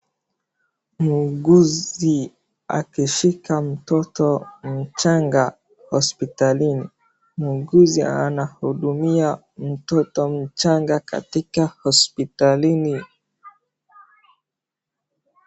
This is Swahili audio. Muunguzi akishika mtoto mchanga hospitalini. Muunguzi anahudumia mtoto mchanga katika hospitalini.